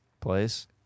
place